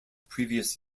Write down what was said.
previous